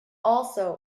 also